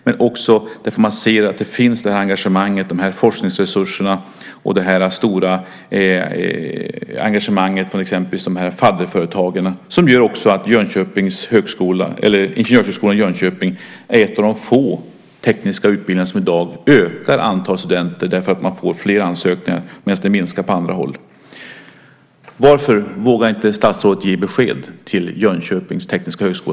Man ser att det finns, det här engagemanget, forskningsresurserna och det stora engagemanget från exempelvis fadderföretagen. Det gör också att ingenjörshögskolan i Jönköping är en av de få tekniska utbildningar som i dag ökar antalet studenter. Man får fler ansökningar, medan det minskar på andra håll. Varför vågar inte statsrådet ge besked till projektet Jönköpings tekniska högskola?